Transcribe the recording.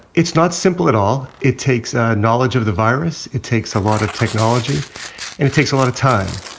it's not simple at all. it takes a a knowledge of the virus. it takes a lot of technology. and it takes a lot of time.